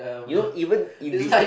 you know even in the